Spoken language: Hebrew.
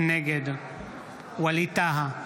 נגד ווליד טאהא,